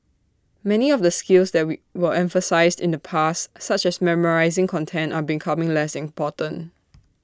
many of the skills that we were emphasised in the past such as memorising content are becoming less important